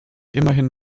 immerhin